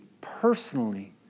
personally